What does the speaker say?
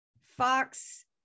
fox